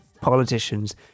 politicians